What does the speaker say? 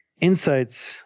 insights